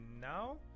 now